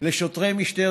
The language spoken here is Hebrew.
נא לסכם,